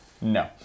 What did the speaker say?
No